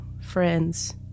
friends